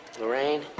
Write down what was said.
Lorraine